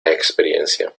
experiencia